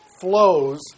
flows